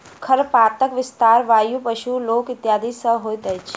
खरपातक विस्तार वायु, पशु, लोक इत्यादि सॅ होइत अछि